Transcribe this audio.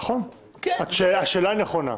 נכון, השאלה היא נכונה.